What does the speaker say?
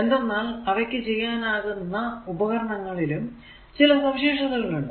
എന്തെന്നാൽ അവയ്ക്ക് ചെയ്യാനാകുന്ന ഉപകരണങ്ങളിലും ചില സവിശേഷതകൾ ഉണ്ട്